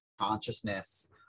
consciousness